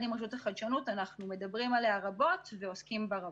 עם הרשות החדשנות אנחנו מדברים עליה רבות ועוסקים בה רבות.